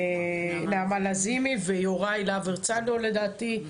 נעמה לזימי ויוראי להב הרצנו לדעתי,